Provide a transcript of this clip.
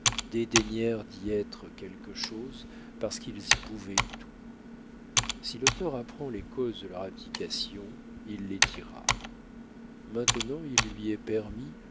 dédaignèrent d'y être quelque chose parce qu'ils y pouvaient tout si l'auteur apprend les causes de leur abdication il les dira maintenant il lui est permis